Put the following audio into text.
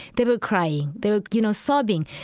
they were crying. they were, you know, sobbing.